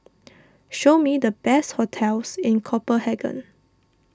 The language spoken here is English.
show me the best hotels in Copenhagen